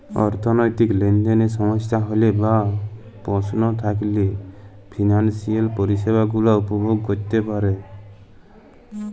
অথ্থলৈতিক লেলদেলে সমস্যা হ্যইলে বা পস্ল থ্যাইকলে ফিলালসিয়াল পরিছেবা গুলা উপভগ ক্যইরতে পার